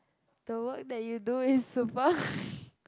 the work that you do is super